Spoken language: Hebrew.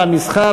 המסחר,